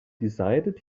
decided